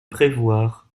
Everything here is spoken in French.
prévoir